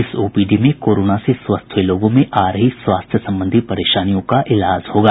इस ओपीडी में कोरोना से स्वस्थ हुये लोगों में आ रही स्वास्थ्य संबंधी परेशानियों का इलाज होगा